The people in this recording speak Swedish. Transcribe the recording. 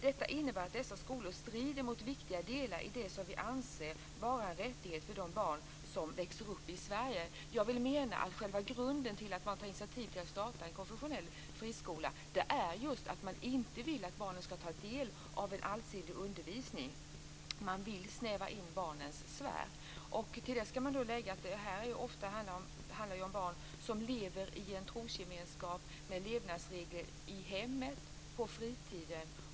Detta innebär att dessa skolor strider mot viktiga delar i det som vi anser vara en rättighet för de barn som växer upp i Sverige. Jag vill mena att själva grunden till att ta initiativ till att starta en konfessionell friskola är just att man inte vill att barnen ska få del av en allsidig undervisning. Man vill snäva in barnens sfär. Till det ska läggas att det här ofta handlar om barn som lever i en trosgemenskap med levnadsregler i hemmet och på fritiden.